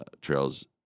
trails